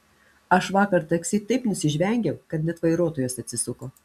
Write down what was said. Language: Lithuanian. aš vakar taksi taip nusižvengiau kad net vairuotojas atsisuko